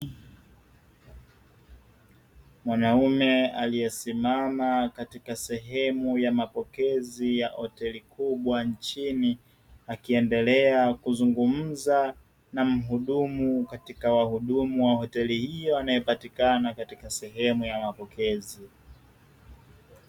Mwanaume aliyesimama katika sehemu ya mapokezi ya hoteli kubwa nchini, akiendelea kuzungumza na mhudumu katika wahudumu wa hoteli hiyo anayepatikana katika sehemu ya mapokezi.